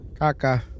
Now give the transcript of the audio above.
Caca